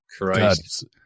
Christ